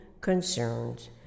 Concerns